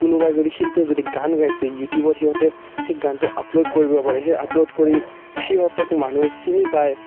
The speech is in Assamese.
কোনোবাই যদি শিল্পীয়ে যদি গান গাইছে ইউটিউবত সিহঁতে সেই গানটো আপলোড কৰিব পাৰে সেই আপলোড কৰি সিহঁতক মানুহে চিনি পায়